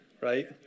right